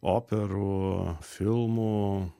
operų filmų